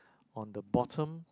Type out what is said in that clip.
on the bottom